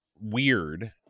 weird